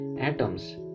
atoms